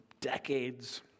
decades